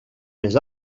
més